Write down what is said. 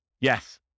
Yes